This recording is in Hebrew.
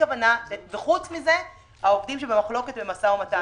חוץ מזה, העובדים שבמחלוקת במשא ומתן.